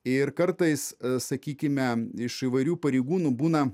ir kartais sakykime iš įvairių pareigūnų būna